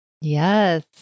Yes